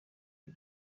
iri